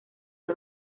las